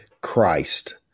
Christ